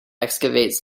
excavates